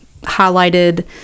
highlighted